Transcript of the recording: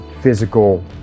physical